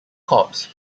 corpse